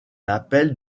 l’appel